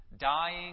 dying